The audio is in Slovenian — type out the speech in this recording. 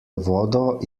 vodo